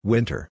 Winter